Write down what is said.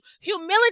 humility